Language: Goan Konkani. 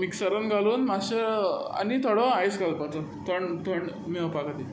मिक्सरान घालून मातशे आनी थोडो आयस घालपाचो थोंण थोण मेवपा खातीर